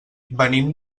venim